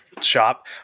shop